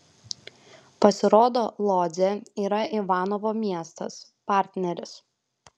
pasirodo lodzė yra ivanovo miestas partneris